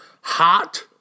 hot